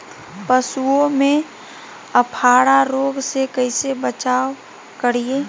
पशुओं में अफारा रोग से कैसे बचाव करिये?